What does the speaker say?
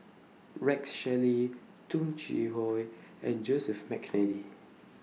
Rex Shelley Tung Chye Hong and Joseph Mcnally